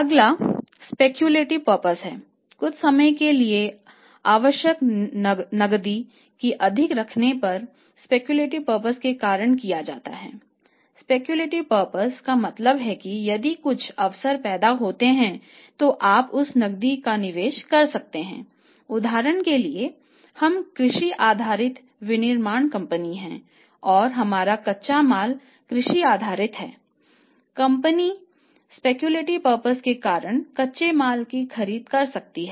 अगला speculative purpose के कारण कच्चे माल की खरीद कर सकती है